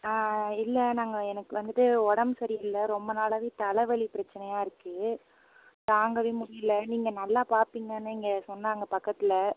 ஆ ஆ இல்லை நாங்கள் எனக்கு வந்துட்டு உடம்பு சரியில்லை ரொம்ப நாளாகவே தலை வலி பிரச்சினையா இருக்குது தாங்கவே முடியல நீங்கள் நல்லா பார்ப்பீங்கன்னு இங்கே சொன்னாங்க பக்கத்தில்